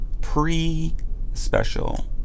pre-special